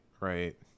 right